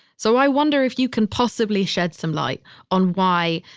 so i wonder if you can possibly shed some light on why